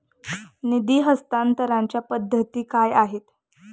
निधी हस्तांतरणाच्या पद्धती काय आहेत?